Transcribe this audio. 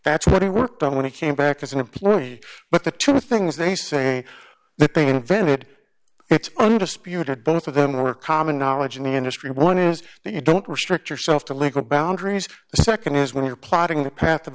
that's what he worked on when he came back as an employee but the two things they say that they invented its own disputed both of them were common knowledge in the industry one is that you don't restrict yourself to legal boundaries the nd is when you're plotting the path of